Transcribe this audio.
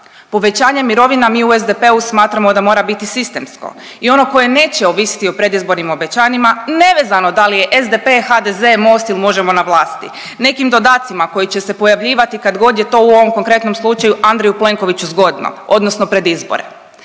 Povećanje mirovina mi u SDP-u smatramo da mora biti sistemsko i ono koje neće ovisiti o predizbornim obećanjima ne vezano da li je SDP, HDZ, Most ili Možemo! na vlasti, nekim dodacima koji će se pojavljivati kad god je to u ovom konkretnom slučaju Andreju Plenkoviću zgodno odnosno pred izbore.